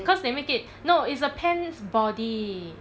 cause they make it no it's a pen's body